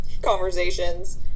Conversations